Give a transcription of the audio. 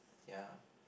yeah